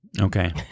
okay